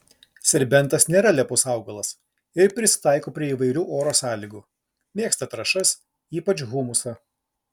serbentas nėra lepus augalas ir prisitaiko prie įvairių oro sąlygų mėgsta trąšas ypač humusą